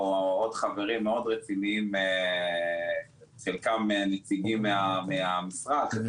עוד חברים מאוד רציניים חלקם נציגים מהמשרד,